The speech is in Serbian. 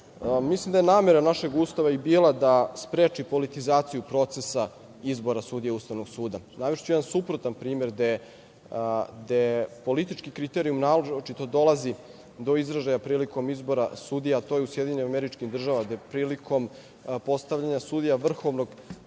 suda. Mislim da je namera našeg Ustava bila i da spreči politizaciju procesa izbora sudija Ustavnog suda. Navešću vam jedan suprotan primer gde politički kriterijum, naročito, dolazi do izražaja prilikom izbora sudija, to je u Sjedinjenim Američkim Državama, gde prilikom postavljanja sudija Vrhovnog